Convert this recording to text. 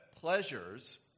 pleasures